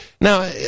Now